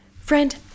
Friend